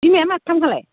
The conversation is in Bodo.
बिमाया माथामखालाय